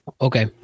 Okay